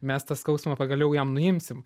mes tą skausmą pagaliau jam nuimsim